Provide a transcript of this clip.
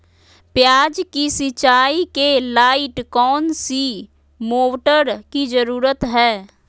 प्याज की सिंचाई के लाइट कौन सी मोटर की जरूरत है?